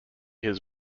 his